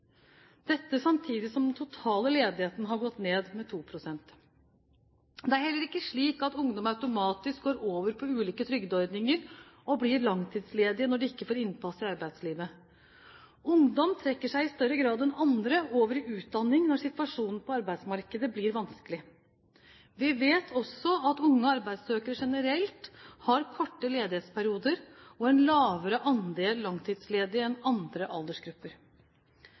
Dette samtidig som den totale ledigheten har gått ned med 2 pst. Det er heller ikke slik at ungdom automatisk går over på ulike trygdeordninger og blir langtidsledige når de ikke får innpass i arbeidslivet. Ungdom trekker seg i større grad enn andre over i utdanning når situasjonen på arbeidsmarkedet blir vanskelig. Vi vet også at unge arbeidssøkere generelt har korte ledighetsperioder og en lavere andel langtidsledige enn andre aldersgrupper.